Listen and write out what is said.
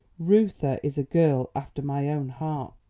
reuther is a girl after my own heart,